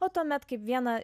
o tuomet kaip vieną